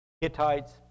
Hittites